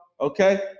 Okay